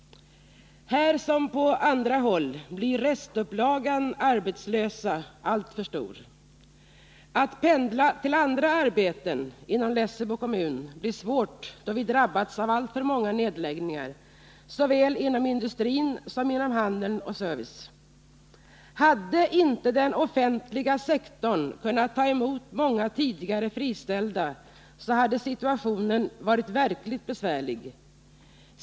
Här som på andra håll blir restupplagan arbetslösa alltför stor. Att pendla till andra arbeten inom Lessebo kommun blir svårt, då vi drabbats av alltför många nedläggningar såväl inom industrin som inom handel och service. Hade inte den offentliga sektorn kunnat ta emot många tidigare friställda hade situationen varit verkligt besvärlig.